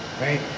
Right